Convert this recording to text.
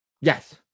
Yes